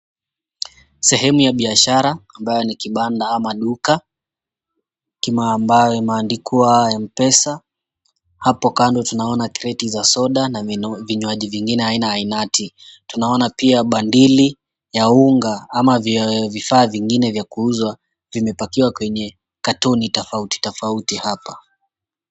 Sehemu ya biashara ambayo ni kibanda ama duka. Kina ubao umeandikwa Mpesa. Hapo kando tunaona kreti ya soda na vinywaji vingine aina ya ainati. Tunaona pia bandili ya unga ama vifaa vingine vya kuuzwa vimepakiwa kwenye katoni tofautitofauti hapa.